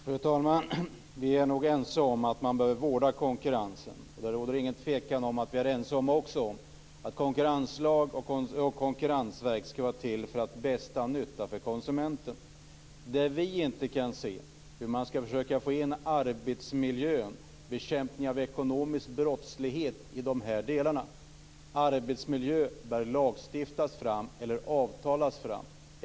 Fru talman! Vi är nog ense om att man behöver vårda konkurrensen. Det råder ingen tvekan om att vi också är ense om att konkurrenslag och konkurrensverk skall vara till bästa nytta för konsumenten. Vad vi inte kan se är hur man kan få in frågor om arbetsmiljö och bekämpning av ekonomisk brottslighet i dessa delar. Arbetsmiljövillkor bör lagstiftas fram eller avtalas fram.